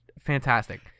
Fantastic